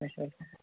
اَچھا اَچھا